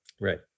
Right